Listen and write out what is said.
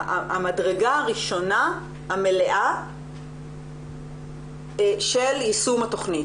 המדרגה הראשונה המלאה של יישום התכנית.